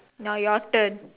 now your turn